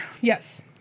Yes